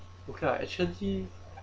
okay lah actually